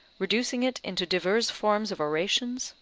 reducing it into divers forms of orations,